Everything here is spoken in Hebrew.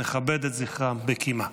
נכבד את זכרם בקימה.